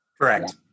Correct